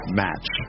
match